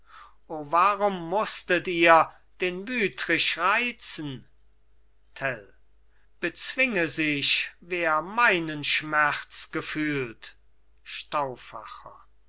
warum musstet ihr den wütrich reizen tell bezwinge sich wer meinen schmerz gefühlt